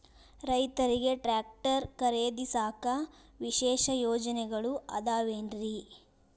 ರೈತರಿಗೆ ಟ್ರ್ಯಾಕ್ಟರ್ ಖರೇದಿಸಾಕ ವಿಶೇಷ ಯೋಜನೆಗಳು ಅದಾವೇನ್ರಿ?